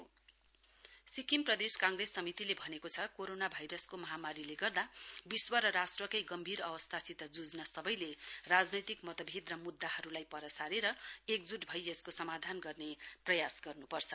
SPCC Sikkim Pradesh Congress समितिले भनेको छ कोरोना भाइरसको महामारीले गर्दा विश्व राष्ट्रकै गम्भीर अवस्तासित जुझ्न सवैले राजनैतिक मतभेद र मुद्दाहरुलाई पर सारेर एकजूट भई यसको समाधान गर्ने प्रयास गर्नुपर्छ